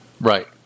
Right